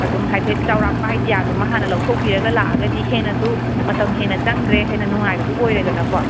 ꯑꯗꯨꯝ ꯍꯥꯏꯐꯦꯠ ꯆꯧꯔꯥꯛꯄ ꯑꯥꯏꯗꯤꯌꯥꯗꯨꯃ ꯍꯥꯟꯅ ꯂꯧꯊꯣꯛꯄꯤꯔꯒ ꯂꯥꯛꯑꯒꯗꯤ ꯍꯦꯟꯅꯁꯨ ꯃꯇꯝ ꯍꯦꯟꯅ ꯆꯪꯗ꯭ꯔꯦ ꯍꯦꯟꯅ ꯅꯨꯡꯉꯥꯏꯕꯗꯣ ꯑꯣꯏꯔꯦꯗꯅꯀꯣ